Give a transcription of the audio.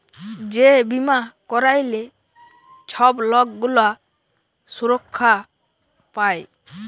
যে বীমা ক্যইরলে ছব লক গুলা সুরক্ষা পায়